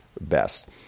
best